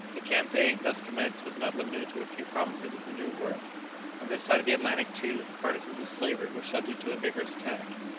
the campaign, thus commenced, was not limited to a few provinces of the new world on this side of the atlantic, too, the partisans of slavery were subject to a vigourous attack.